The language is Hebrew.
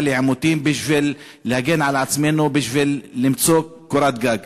לעימותים בשביל להגן על עצמנו בשביל למצוא קורת גג.